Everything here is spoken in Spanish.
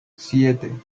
siete